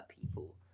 people